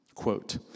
quote